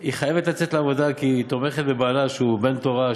שהיא חייבת לצאת לעבודה כי היא תומכת בבעלה שהוא בן-תורה,